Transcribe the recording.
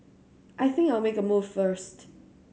I think I'll make a move first